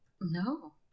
No